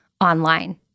online